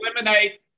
eliminate